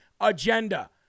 agenda